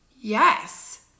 yes